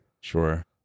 Sure